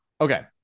okay